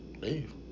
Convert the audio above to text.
leave